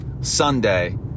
Sunday